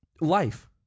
Life